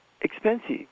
expensive